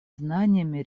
знаниями